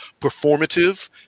performative